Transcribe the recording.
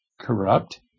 corrupt